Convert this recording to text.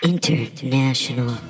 International